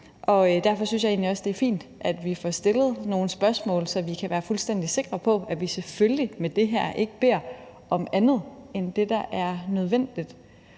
Derfor synes jeg egentlig også, det er fint, at vi får stillet nogle spørgsmål, så vi kan være fuldstændig sikre på, at vi med det her selvfølgelig ikke beder om andet end det, der er nødvendigt.